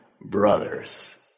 brothers